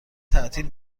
تعطیل